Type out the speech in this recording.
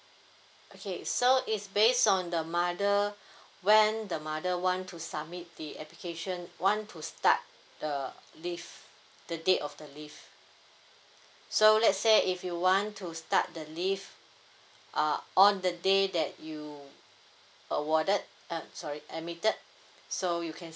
okay so it's based on the mother when the mother want to submit the application want to start the leave the date of the leave so let's say if you want to start the leave uh on the day that you awarded uh sorry admitted so you can